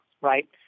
right